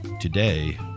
today